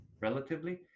relatively